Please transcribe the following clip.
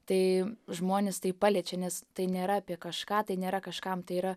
tai žmones tai paliečia nes tai nėra apie kažką tai nėra kažkam tai yra